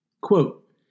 Quote